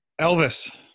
Elvis